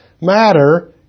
Matter